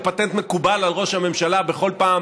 והוא פטנט מקובל על ראש הממשלה בכל פעם